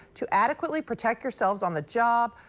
to adequately protect yourselves on the job,